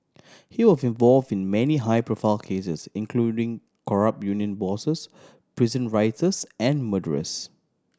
he was involved in many high profile cases including corrupt union bosses prison rioters and murderers